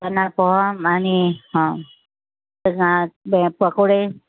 चना पोहा आणि रा बे पकोडे